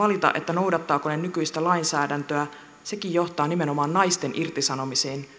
noudattavatko ne nykyistä lainsäädäntöä sekin johtaa nimenomaan naisten irtisanomisiin